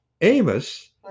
Amos